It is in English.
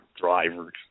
drivers